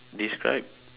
describe